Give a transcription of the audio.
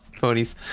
ponies